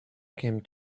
came